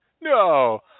no